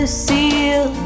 seal